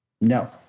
No